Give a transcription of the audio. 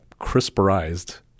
CRISPRized